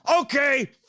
Okay